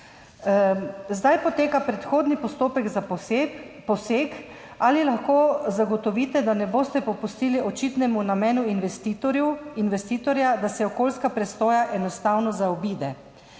Zdaj poteka predhodni postopek za posek. Sprašujem: Ali lahko zagotovite, da ne boste popustili očitnemu namenu investitorja, da se okoljska presoja enostavno zaobide?